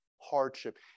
hardship